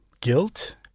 guilt